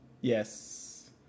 Yes